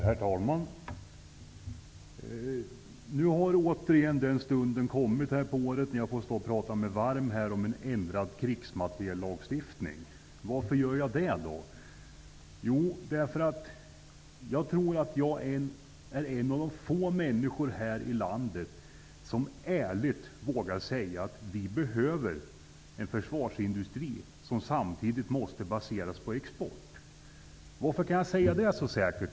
Herr talman! Återigen är den stunden på året kommen då jag får stå här och tala mig varm för en ändrad krigsmateriellagstiftning. Varför gör jag då det? Jo, därför att jag tror att jag är en av få människor i det här landet som ärligt vågar säga att vi behöver en försvarsindustri baserad på export. Varför kan jag då säga det så säkert?